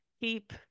keep